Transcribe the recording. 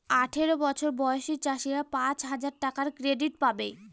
আঠারো বছর বয়সী চাষীরা পাঁচ হাজার টাকার ক্রেডিট পাবে